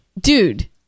dude